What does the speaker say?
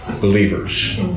believers